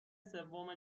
سوم